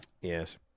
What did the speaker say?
Yes